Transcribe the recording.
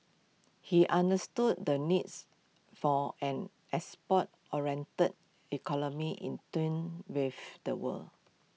he understood the needs for an export oriented economy in tune with the world